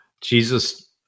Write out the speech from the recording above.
Jesus